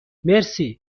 مرسی